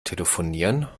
telefonieren